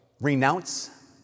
renounce